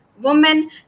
women